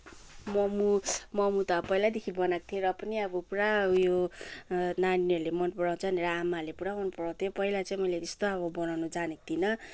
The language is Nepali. मोमो मोमो त पहिल्यैदेखि बनाएको थिएँ र पनि अब पुरा उयो नानीहरूले मन पराउँछ मेरो आमाहरूले पुरा मन पराउँथ्यो पहिला चाहिँ मैले यस्तो अब बनाउन जानेको थिइनँ